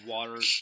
Water